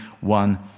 one